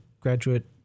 graduate